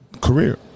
career